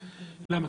למה?